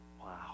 wow